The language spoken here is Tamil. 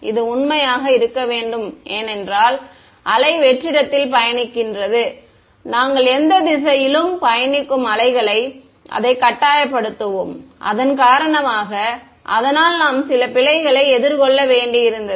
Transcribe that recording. இது உண்மையாக இருக்க வேண்டும் ஏனென்றால் அலை வெற்றிடத்தில்vacuum பயணிக்கிறது நாங்கள் எந்த திசையிலும் பயணிக்கும் அலைகளை அதை கட்டாயப்படுத்துவோம் அதன் காரணமாக அதனால் நாம் சில பிழைகளை எதிர் கொள்ள வேண்டி இருந்தது